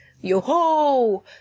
Yo-ho